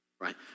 right